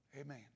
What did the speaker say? Amen